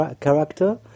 character